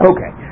Okay